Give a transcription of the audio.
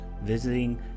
visiting